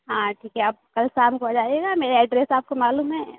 हाँ ठीक है आप कल शाम को आ जाइएगा मेरा एड्रेस आपको मालूम है